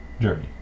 journey